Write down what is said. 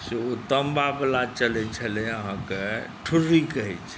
से ओ ताम्बावला चलैत छलै अहाँकेँ ठुर्री कहैत छै